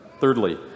Thirdly